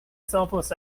selfless